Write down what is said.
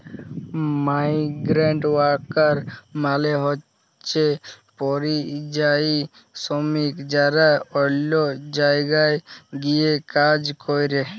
migrant worker মালে হইসে পরিযায়ী শ্রমিক যারা অল্য জায়গায় গিয়ে কাজ করেক